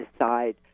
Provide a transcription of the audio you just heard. decide